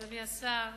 אדוני השר,